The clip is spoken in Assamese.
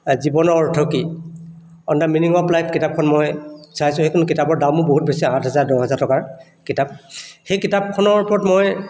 জীৱনৰ অৰ্থ কি on the meaning of life কিতাপখন মই চাইছোঁ সেইখন কিতাপৰ দামো বহুত বেছি আঠ হাজাৰ দহ হাজাৰ টকাৰ কিতাপ সেই কিতাপখনৰ ওপৰত মই